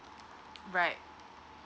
right